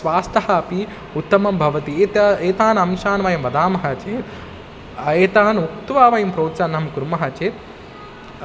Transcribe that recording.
स्वस्थं अपि उत्तमं भवति एत एतान् अंशान् वयं वदामः चेत् एतान् उक्त्वा वयं प्रोत्साहनं कुर्मः चेत्